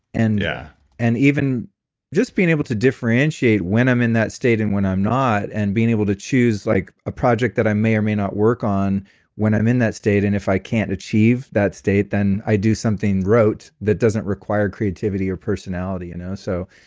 and yeah and even just being able to differentiate when i'm in that state and when i'm not and being able to choose like a project that i may or may not work on when i'm in that state, and if i can't achieve that state, i do something rote that doesn't require creativity or personality you know so,